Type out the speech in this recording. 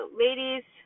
ladies